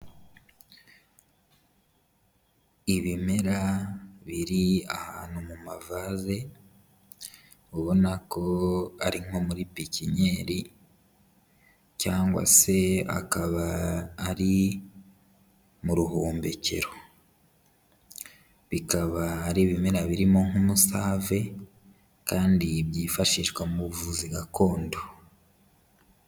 Ibimera biri ahantu mu mavaze, ubona ko ari nko muri pikiniyeri cyangwa se akaba ari mu ruhombekero, bikaba ari ibimera birimo nk'umusave kandi byifashishwa mu buvuzi gakondo.